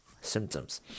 Symptoms